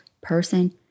person